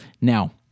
now